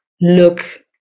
look